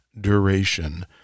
duration